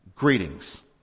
greetings